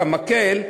את המקל?